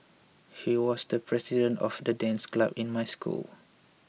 he was the president of the dance club in my school